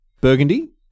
Burgundy